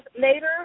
later